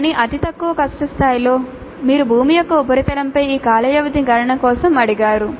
కానీ అతి తక్కువ కష్టం స్థాయిలో మీరు భూమి యొక్క ఉపరితలంపై ఈ కాల వ్యవధి గణన కోసం అడిగారు